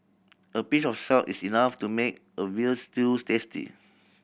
a pinch of salt is enough to make a veal stews tasty